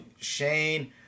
Shane